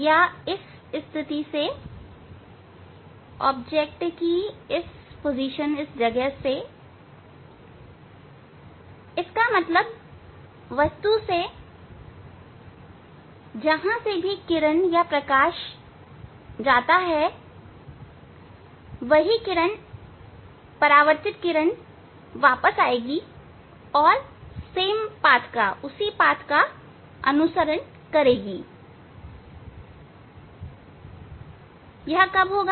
या इस स्थिति वस्तु की इस स्थिति में इसका मतलब वस्तु से जहां से भी किरण जाती है वही परावर्तित किरण वापस आएगी और उसी पथ का अनुसरण करेगी